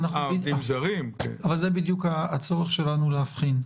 זה בדיוק הצורך שלנו להבחין.